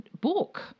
book